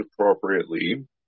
appropriately